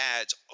ads